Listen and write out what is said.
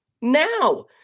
now